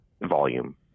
volume